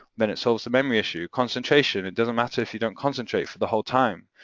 then it solves the memory issue. concentration, it doesn't matter if you don't concentrate for the whole time,